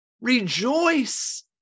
rejoice